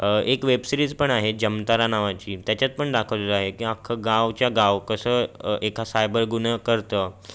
एक web series पण आहे जमतारा नावाची त्याच्यात पण दाखवलेलं आहे की अख्खं गावच्या गाव कसं एका सायबर गुन्हं करतं